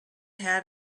had